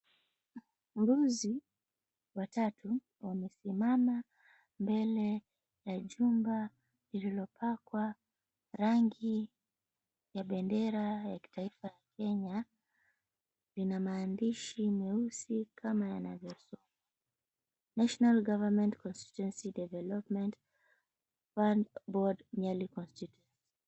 Mbuzi watatu wamesimama mbele ya chumba lililopakwa rangi ya bendera ya kitaifa ya Kenya lina mahandishi meusi kama yanavyosomeka National Government Constituency Development Fund Board Nyali Constituency.